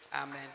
Amen